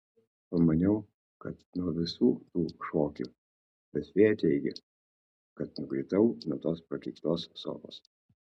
pamaniau kad nuo visų tų šokių bet fėja teigia kad nukritau nuo tos prakeiktos sofos